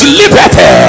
liberty